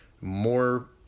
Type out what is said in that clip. more